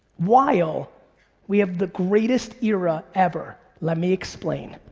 while we have the greatest era ever. let me explain.